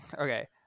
Okay